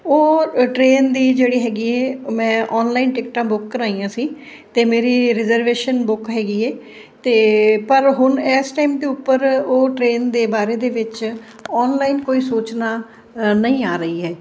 ਉਹ ਟਰੇਨ ਦੀ ਜਿਹੜੀ ਹੈਗੀ ਮੈਂ ਆਨਲਾਈਨ ਟਿਕਟਾਂ ਬੁੱਕ ਕਰਵਾਈਆ ਸੀ ਅਤੇ ਮੇਰੀ ਰਿਜ਼ਰਵੇਸ਼ਨ ਬੁੱਕ ਹੈਗੀ ਹੈ ਅਤੇ ਪਰ ਹੁਣ ਇਸ ਟਾਈਮ ਦੇ ਉੱਪਰ ਉਹ ਟਰੇਨ ਦੇ ਬਾਰੇ ਦੇ ਵਿੱਚ ਆਨਲਾਈਨ ਕੋਈ ਸੂਚਨਾ ਨਹੀਂ ਆ ਰਹੀ ਹੈ